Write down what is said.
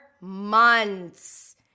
months